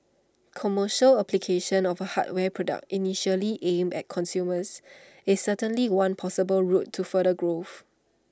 commercial application of A hardware product initially aimed at consumers is certainly one possible route to further growth